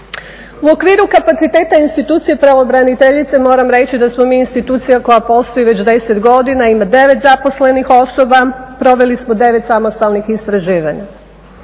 U okviru kapaciteta institucije pravobraniteljice moram reći da smo mi institucija koja postoji već 10 godina, ima 9 zaposlenih osoba, proveli smo 9 samostalnih istraživanja,